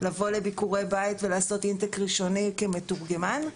לבוא לביקורי בית ולעשות intake ראשוני כמתורגמן.